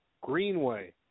Greenway